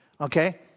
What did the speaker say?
okay